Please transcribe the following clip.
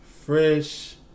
Fresh